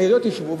העיריות ישבו,